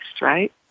right